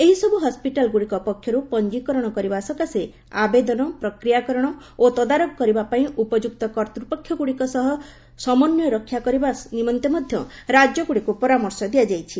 ଏହିସବୁ ହସ୍କିଟାଲ ଗୁଡ଼ିକ ପକ୍ଷରୁ ପଞ୍ଜିକରଣ କରିବା ସକାଶେ ଆବେଦନ ପ୍ରକ୍ରିୟାକରଣ ଓ ତଦାରଖ କରିବା ପାଇଁ ଉପଯୁକ୍ତ କର୍ତ୍ତୃପକ୍ଷଗୁଡ଼ିକ ସହ ସମନ୍ୱୟ ରକ୍ଷା କରିବା ନିମନ୍ତେ ମଧ୍ୟ ରାଜ୍ୟଗୁଡ଼ିକୁ ପରାମର୍ଶ ଦିଆଯାଇଛି